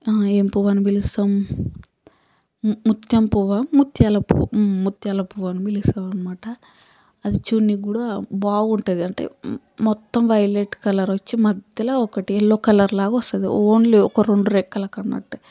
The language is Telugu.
ఏమి పువ్వు అని పిలుస్తాం ముత్యం పువ్వా ముత్యాల పువ్వా ముత్యాల పువ్వు అని పిలుస్తాం అనమాట అది చూన్నీకి కూడ బాగుంటుంది అంటే మొత్తం వైలెట్ కలర్ వచ్చి మధ్యలో ఒకటి యెల్లో కలర్ లాగా వస్తుంది ఓన్లీ ఒక రెండు రెక్కలకు అన్నట్టు